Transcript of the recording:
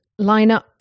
lineup